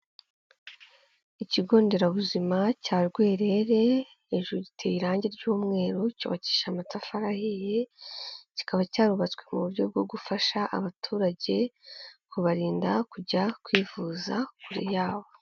Ikigo nderabuzima cya Rwerere, hejuru giteye irangi ry'umweru, cyubakishije amatafari ahiye, kikaba cyarubatswe mu buryo bwo gufasha abaturage kubarinda kujya kwivuza kure yabo.